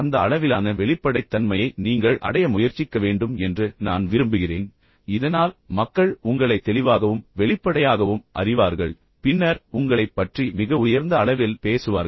அந்த அளவிலான வெளிப்படைத்தன்மையை நீங்கள் அடைய முயற்சிக்க வேண்டும் என்று நான் விரும்புகிறேன் இதனால் மக்கள் உங்களை தெளிவாகவும் வெளிப்படையாகவும் அறிவார்கள் பின்னர் உங்களைப் பற்றி மிக உயர்ந்த அளவில் பேசுவார்கள்